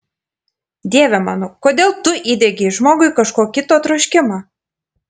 dieve mano kodėl tu įdiegei žmogui kažko kito troškimą